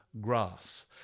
grass